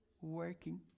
working